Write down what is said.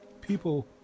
People